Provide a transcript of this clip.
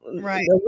right